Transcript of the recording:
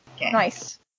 Nice